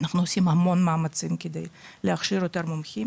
אנחנו עושים המון מאמצים כדי להכשיר יותר מומחים.